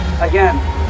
again